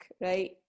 right